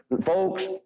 Folks